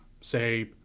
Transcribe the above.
say